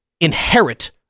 inherit